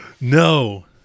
No